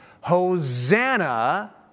Hosanna